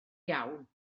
iawn